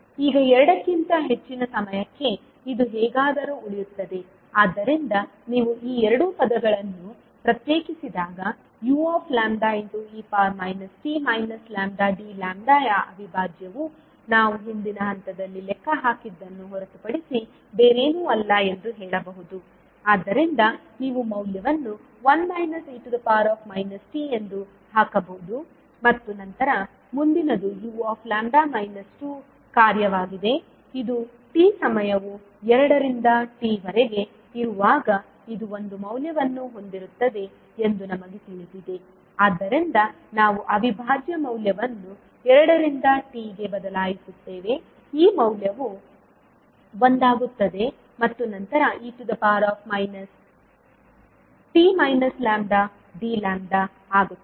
ಈಗ ಎರಡಕ್ಕಿಂತ ಹೆಚ್ಚಿನ ಸಮಯಕ್ಕೆ ಇದು ಹೇಗಾದರೂ ಉಳಿಯುತ್ತದೆ ಆದ್ದರಿಂದ ನೀವು ಈ ಎರಡು ಪದಗಳನ್ನು ಪ್ರತ್ಯೇಕಿಸಿದಾಗ ue t d ಯ ಅವಿಭಾಜ್ಯವು ನಾವು ಹಿಂದಿನ ಹಂತದಲ್ಲಿ ಲೆಕ್ಕ ಹಾಕಿದ್ದನ್ನು ಹೊರತುಪಡಿಸಿ ಬೇರೇನೂ ಅಲ್ಲ ಎಂದು ಹೇಳಬಹುದು ಆದ್ದರಿಂದ ನೀವು ಮೌಲ್ಯವನ್ನು 1 e t ಎಂದು ಹಾಕಬಹುದು ಮತ್ತು ನಂತರ ಮುಂದಿನದು uλ 2 ಕಾರ್ಯವಾಗಿದೆ ಇದು t ಸಮಯವು ಎರಡರಿಂದ t ವರೆಗೆ ಇರುವಾಗ ಇದು ಒಂದು ಮೌಲ್ಯವನ್ನು ಹೊಂದಿರುತ್ತದೆ ಎಂದು ನಮಗೆ ತಿಳಿದಿದೆ ಆದ್ದರಿಂದ ನಾವು ಅವಿಭಾಜ್ಯ ಮೌಲ್ಯವನ್ನು ಎರಡರಿಂದ t ಗೆ ಬದಲಾಯಿಸುತ್ತೇವೆ ಈ ಮೌಲ್ಯವು ಒಂದಾಗುತ್ತದೆ ಮತ್ತು ನಂತರ e t d ಆಗುತ್ತದೆ